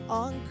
on